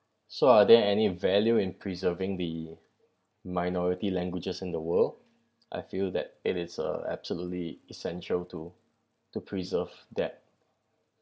so are there any value in preserving the minority languages in the world I feel that it err absolutely essential to to preserve that